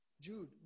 Jude